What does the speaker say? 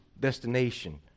destination